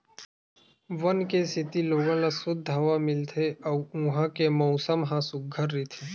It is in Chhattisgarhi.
वन के सेती लोगन ल सुद्ध हवा मिलथे अउ उहां के मउसम ह सुग्घर रहिथे